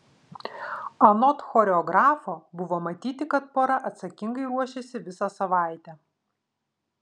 anot choreografo buvo matyti kad pora atsakingai ruošėsi visą savaitę